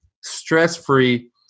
stress-free